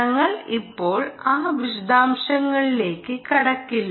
ഞങ്ങൾ ഇപ്പോൾ ആ വിശദാംശങ്ങളിലേക്ക് കടക്കില്ല